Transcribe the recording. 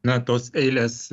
na tos eilės